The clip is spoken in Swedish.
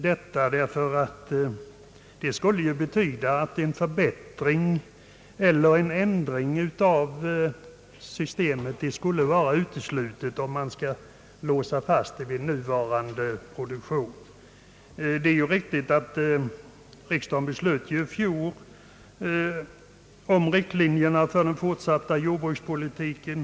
Det skulle betyda att förbättringar eller ändringar av systemet utesluts, därför att man låser sig fast vid nuvarande produktion. Det är riktigt att riksdagen i fjol beslöt om riktlinjer för den fortsatta jordbrukspolitiken.